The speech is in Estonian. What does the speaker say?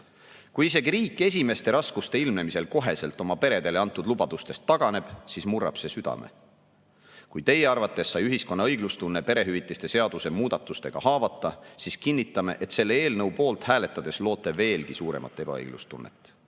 Kui isegi riik esimeste raskuste ilmnemisel koheselt oma peredele antud lubadustest taganeb, siis murrab see südame. Kui teie arvates sai ühiskonna õiglustunne perehüvitiste seaduse muudatustega haavata, siis kinnitame, et selle eelnõu poolt hääletades loote veelgi suuremat ebaõiglustunnet.